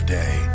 day